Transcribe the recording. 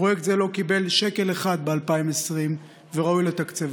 פרויקט זה לא קיבל שקל אחד ב-2020 וראוי לתקצבו.